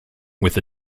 with